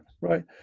Right